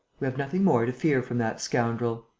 we have nothing more to fear from that scoundrel.